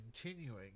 continuing